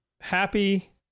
happy